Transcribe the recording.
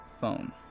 phone